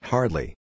Hardly